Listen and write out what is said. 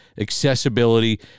accessibility